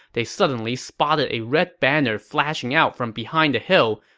they suddenly spotted a red banner flashing out from behind a hill,